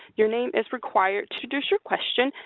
your name is required to introduce your question.